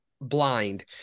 blind